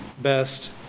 best